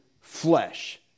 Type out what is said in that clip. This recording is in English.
flesh